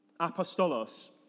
apostolos